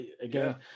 again